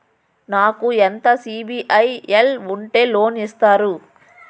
నాకు ఎంత సిబిఐఎల్ ఉంటే లోన్ ఇస్తారు?